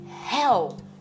hell